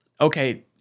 okay